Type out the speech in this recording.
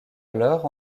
alors